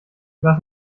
lass